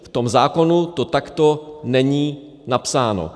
V tom zákonu to takto není napsáno.